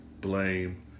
blame